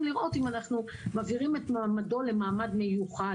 לראות אם אנחנו מעבירים את מעמדו למעמד מיוחד,